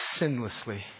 sinlessly